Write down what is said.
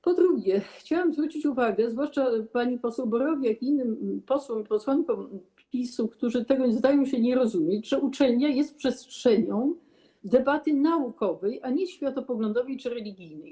Po drugie, chciałam zwrócić uwagę, zwłaszcza pani poseł Borowiak i innym posłom i posłankom PiS-u, którzy tego zdają się nie rozumieć, że uczelnia jest przestrzenią debaty naukowej, a nie światopoglądowej czy religijnej.